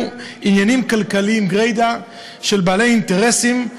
עניינים כלכליים גרידא של בעלי אינטרסים,